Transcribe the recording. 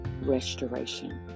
restoration